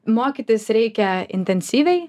mokytis reikia intensyviai